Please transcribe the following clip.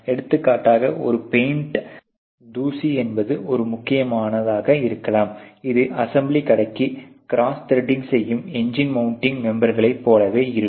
எடுத்துக்காட்டாக ஒரு பெயிண்ட் தூசி என்பது ஒரு முக்கியமான முக்கியமானதாக இருக்கலாம் இது அசெம்பிளி கடைக்கு க்ராஸ் த்ரெடிங் செய்யும் என்ஜின் மவுண்டிங் மெம்பர்களைப் போலவே இருக்கும்